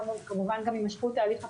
כמובן גם הימשכות ההליך הפלילי.